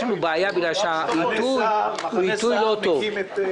יש לנו בעיה בגלל שהעיתוי לא טוב,